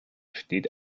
steht